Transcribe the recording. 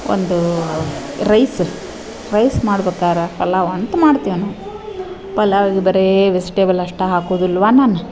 ಒಂದು rice rice ಮಾಡ್ಬೇಕಾರ ಪಲಾವ್ ಅಂತ ಮಾಡ್ತೇವೆ ನಾವು ಪಲಾವಿಗೆ ಬರೀ ವೆಝ್ಟೇಬಲ್ ಅಷ್ಟೇ ಹಾಕೋದಿಲ್ವಾ ನಾನು